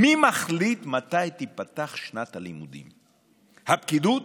מי מחליט מתי תיפתח שנת הלימודים, הפקידות?